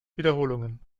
wiederholungen